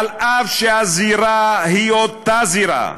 אף שהזירה היא אותה זירה,